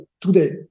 today